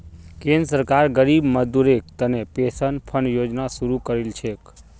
केंद्र सरकार गरीब मजदूरेर तने पेंशन फण्ड योजना शुरू करील छेक